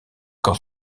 quand